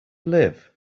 live